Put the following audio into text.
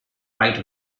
right